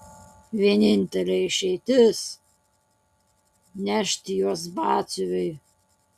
vienintelė išeitis nešti juos batsiuviui